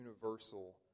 universal